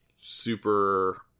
super